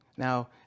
Now